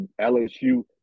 LSU